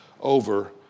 over